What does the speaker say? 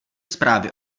zprávy